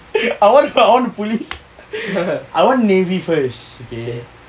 I want I want the police I want navy first okay